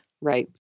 Right